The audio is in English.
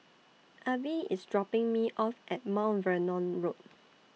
Avie IS dropping Me off At Mount Vernon Road